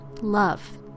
Love